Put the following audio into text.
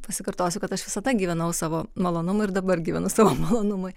pasikartosiu kad aš visada gyvenau savo malonumui ir dabar gyvenu savo malonumui